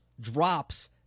drops